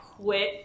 quit